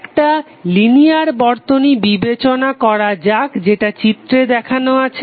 একটা লিনিয়ার বর্তনী বিবেচনা করা যাক যেটা চিত্রে দেখানো আছে